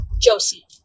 Josie